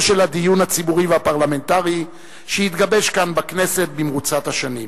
של הדיון הציבורי והפרלמנטרי שהתגבש כאן בכנסת במרוצת השנים.